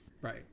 Right